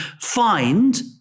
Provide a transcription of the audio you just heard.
find